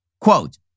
Quote